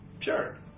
sure